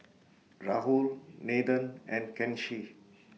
Rahul Nathan and Kanshi